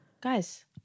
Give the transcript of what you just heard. Guys